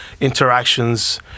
interactions